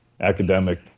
academic